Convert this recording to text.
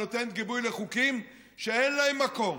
ונותנת גיבוי לחוקים שאין להם מקום,